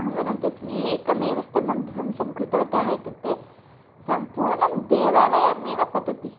अहं वदन् अस्मि एकमेव स्तम्भं ध्वंसं कृतवत्यः इत्युक्ते सम्पूर्णं देवालयमेव पतति